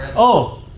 oh.